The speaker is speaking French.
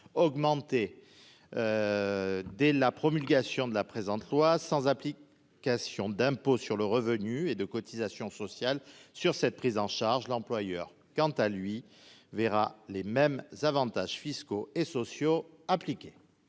augmenter dès la promulgation de la présente loi sans applique création d'impôt sur le revenu et de cotisations sociales sur cette prise en charge, l'employeur quant à lui, verra les mêmes avantages fiscaux et sociaux impliqués.